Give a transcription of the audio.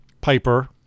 Piper